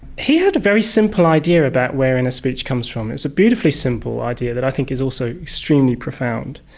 he had a very simple idea about where inner and speech comes from. it's a beautifully simple idea that i think is also extremely profound.